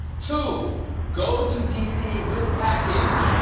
two go to d c. with package.